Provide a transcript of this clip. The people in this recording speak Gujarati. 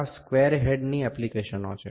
તેથી આ સ્ક્વેર હેડની એપ્લિકેશનો છે